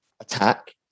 attack